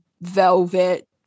velvet